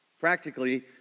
Practically